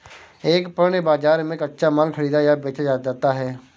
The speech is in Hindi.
एक पण्य बाजार में कच्चा माल खरीदा या बेचा जाता है